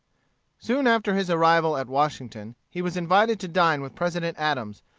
soon after his arrival at washington he was invited to dine with president adams,